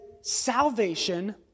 salvation